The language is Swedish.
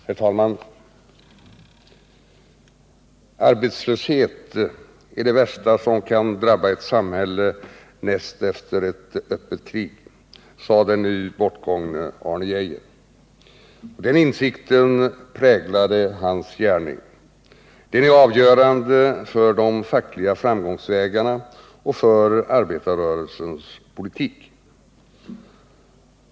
Herr talman! ” Arbetslöshet är det värsta som kan drabba ett samhälle näst efter ett öppet krig”, sade den nu bortgångne Arne Geijer. Den insikten präglade hans gärning. Den är avgörande för de fackliga framgångsvägarna och för arbetarrörelsens politik.